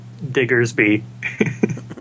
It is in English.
diggersby